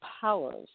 powers